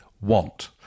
want